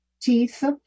teeth